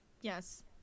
Yes